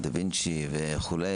הדה וינצ'י וכו',